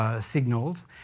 signals